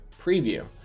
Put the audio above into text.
preview